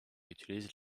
utilise